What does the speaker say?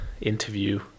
interview